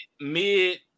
mid